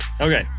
Okay